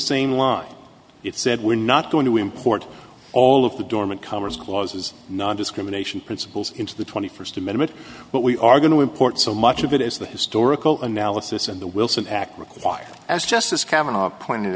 same line it said we're not going to import all of the dormant comers clauses nondiscrimination principles into the twenty first amendment but we are going to import so much of it as the historical analysis in the wilson act requires as justice kavanagh pointed